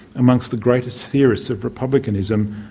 among the greatest theorists of republicanism,